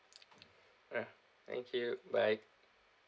ah thank you bye